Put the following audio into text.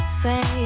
say